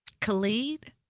Khalid